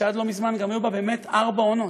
שעד לא מזמן גם היו בה באמת ארבע עונות.